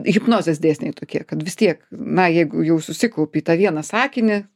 hipnozės dėsniai tokie kad vis tiek na jeigu jau susikaupi į tą vieną sakinį